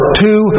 two